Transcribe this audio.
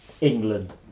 England